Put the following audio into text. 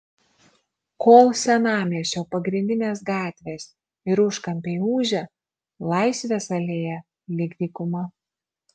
kol senamiesčio pagrindinės gatvės ir užkampiai ūžia laisvės alėja lyg dykuma